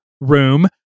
room